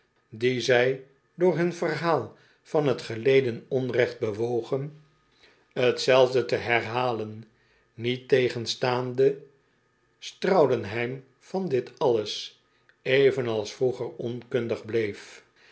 dien zij door hun verhaal van t geleden onrecht bewogen t zelfde te herhalen niettegenstaande straudenheim van dit alles evenals vroeger onkundig bleef